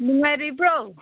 ꯅꯨꯡꯉꯥꯏꯔꯤꯕ꯭ꯔꯣ